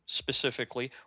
specifically